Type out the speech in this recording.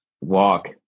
walk